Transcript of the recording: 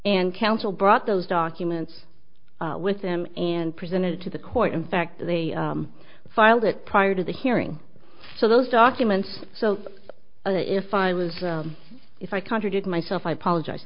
and counsel brought those documents with them and presented it to the court in fact they filed it prior to the hearing so those documents so if i was if i contradict myself i apologize